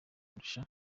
kurusha